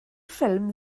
ffilm